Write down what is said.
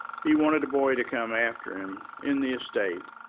he wanted a boy to come after him in the estate,